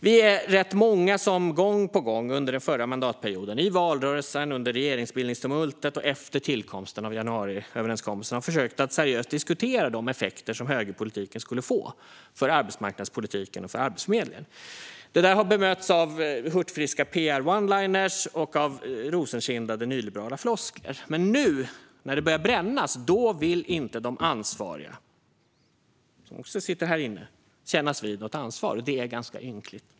Vi är rätt många som gång på gång under den förra mandatperioden, i valrörelsen, under regeringsbildningstumultet och efter tillkomsten av januariöverenskommelsen har försökt att seriöst diskutera de effekter som högerpolitiken skulle få för arbetsmarknadspolitiken och för Arbetsförmedlingen. Det har bemötts med hurtfriska pr-oneliners och rosenkindade nyliberala floskler. Men nu när det börjar brännas vill inte de ansvariga, som också sitter här inne, kännas vid något ansvar. Det är ganska ynkligt.